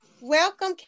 welcome